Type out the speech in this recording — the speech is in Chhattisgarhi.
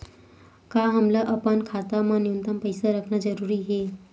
का हमला अपन खाता मा न्यूनतम पईसा रखना जरूरी हे?